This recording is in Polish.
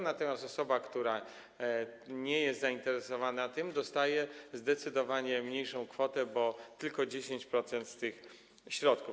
Natomiast osoba, która nie jest tym zainteresowana, dostaje zdecydowanie mniejszą kwotę, bo tylko 10% tych środków.